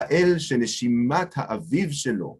האל שנשימת האביב שלו.